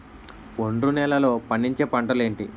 ఒండ్రు నేలలో పండించే పంటలు ఏంటి?